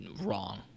wrong